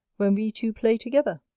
when we two play together?